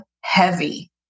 heavy